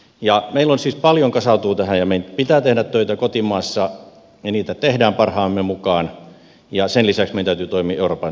meillä siis paljon kasautuu tähän ja meidän pitää tehdä töitä kotimaassa ja niitä teemme parhaamme mukaan ja sen lisäksi meidän täytyy toimia euroopan unionin tasolla